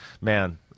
man